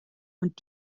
und